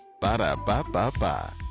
Ba-da-ba-ba-ba